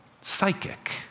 psychic